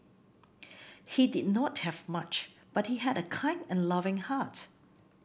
he did not have much but he had a kind and loving heart